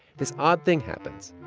this odd thing happens.